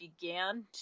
began